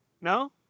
No